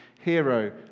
hero